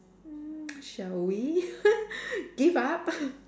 mm shall we give up